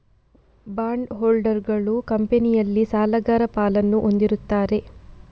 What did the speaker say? bond ಹೋಲ್ಡರುಗಳು ಕಂಪನಿಯಲ್ಲಿ ಸಾಲಗಾರ ಪಾಲನ್ನು ಹೊಂದಿರುತ್ತಾರೆ